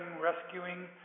rescuing